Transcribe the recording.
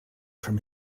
from